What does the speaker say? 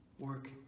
Work